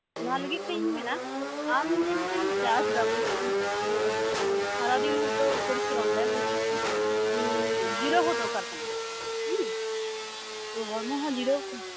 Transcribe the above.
ᱚᱱᱟ ᱞᱟᱹᱜᱤᱫ ᱛᱮ ᱤᱧ ᱢᱮᱱᱟ ᱟᱢ ᱡᱮ ᱢᱤᱫᱴᱮᱱ ᱪᱟᱥᱫᱟᱢ ᱥᱟᱨᱟᱫᱤᱱ ᱦᱚᱭᱛᱚ ᱯᱚᱨᱤᱥᱨᱚᱢ ᱫᱟᱢ ᱮᱠᱴᱩ ᱡᱤᱨᱟᱹᱣ ᱦᱚᱸ ᱫᱚᱨᱠᱟᱨ ᱠᱟᱱᱟ ᱦᱮᱸ ᱛᱚ ᱦᱚᱲᱢᱚ ᱦᱚᱸ ᱡᱤᱨᱟᱹᱣ